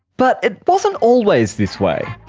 but it wasn't always this way.